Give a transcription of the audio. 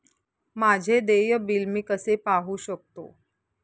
माझे देय बिल मी कसे पाहू शकतो?